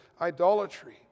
idolatry